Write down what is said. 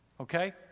okay